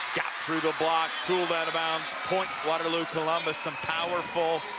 got through the block, tooledout of bounds, point waterloocolumbus, some powerful